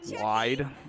Wide